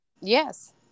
Yes